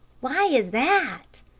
why is that?